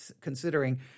considering